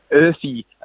earthy